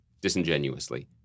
disingenuously